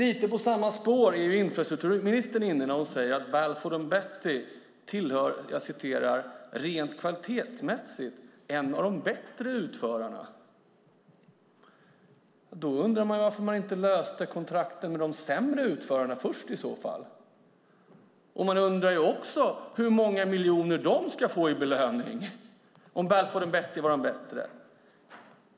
Infrastrukturministern är inne lite grann på samma spår när hon säger att Balfour Beatty Rail "rent kvalitetsmässigt" tillhör en av de bättre utförarna. I så fall undrar man ju varför Trafikverket inte löste kontrakten med de sämre utförarna först. Man undrar också hur många miljoner dessa ska få i belöning, om nu Balfour Beatty Rail var det bättre företaget.